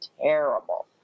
terrible